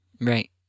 Right